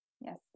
Yes